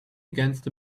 against